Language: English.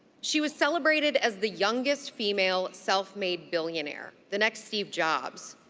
she was celebrated as the youngest female self-made billionaire, the next steve jobs.